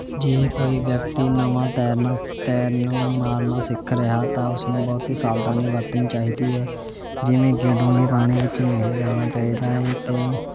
ਜੇ ਕੋਈ ਵਿਅਕਤੀ ਨਵਾਂ ਤੈਰਨਾ ਤੈਰਨ ਮਾਰਨਾ ਸਿੱਖ ਰਿਹਾ ਤਾਂ ਉਸਨੂੰ ਬਹੁਤ ਹੀ ਸਾਵਧਾਨੀ ਵਰਤਣੀ ਚਾਹੀਦੀ ਹੈ ਜਿਵੇਂ ਕੀ ਡੂੰਘੇ ਪਾਣੀ ਵਿੱਚ ਨਹੀਂ ਜਾਣਾ ਚਾਹੀਦਾ ਹੈ ਅਤੇ